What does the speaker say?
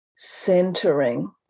centering